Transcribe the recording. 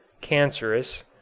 cancerous